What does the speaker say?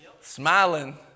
Smiling